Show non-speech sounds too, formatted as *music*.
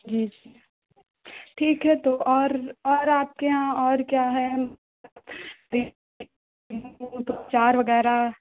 जी जी ठीक है तो और और आपके यहाँ और क्या है *unintelligible* वो तो चार वगैरह